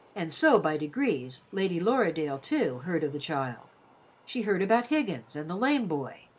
and so by degrees lady lorridaile, too, heard of the child she heard about higgins and the lame boy,